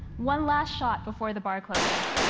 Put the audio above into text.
one last shot before the bar closes.